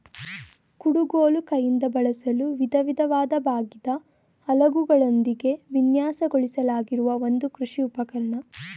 ಕುಡುಗೋಲು ಕೈಯಿಂದ ಬಳಸಲು ವಿಧವಿಧವಾದ ಬಾಗಿದ ಅಲಗುಗಳೊಂದಿಗೆ ವಿನ್ಯಾಸಗೊಳಿಸಲಾಗಿರುವ ಒಂದು ಕೃಷಿ ಉಪಕರಣ